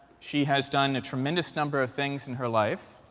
she has done a tremendous number of things in her life.